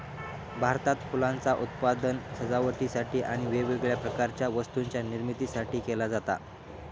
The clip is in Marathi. भारतात फुलांचा उत्पादन सजावटीसाठी आणि वेगवेगळ्या प्रकारच्या वस्तूंच्या निर्मितीसाठी केला जाता